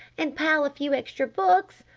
and pile a few extra books.